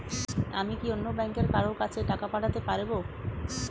আমি কি অন্য ব্যাংকের কারো কাছে টাকা পাঠাতে পারেব?